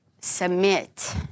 Submit